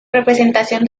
representación